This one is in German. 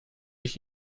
ich